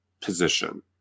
position